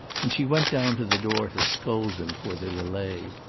and she went down to the door to scold them for their delay.